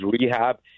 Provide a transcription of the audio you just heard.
rehab